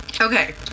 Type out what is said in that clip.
Okay